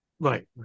Right